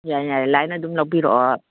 ꯌꯥꯅꯤ ꯌꯥꯅꯤ ꯂꯥꯏꯟ ꯑꯗꯨꯝ ꯂꯧꯕꯤꯔꯛꯑꯣ